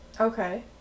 Okay